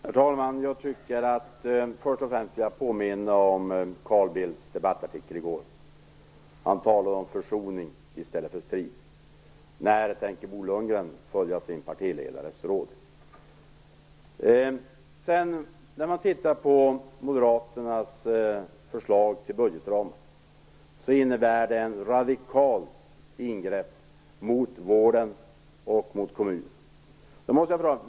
Herr talman! Jag vill först och främst påminna om Carl Bildts debattartikel i går. Han talar om försoning i stället för strid. När tänker Bo Lundgren följa sin partiledares råd? Moderaternas förslag till budgetramar innebär ett radikalt ingrepp mot vården och kommunen.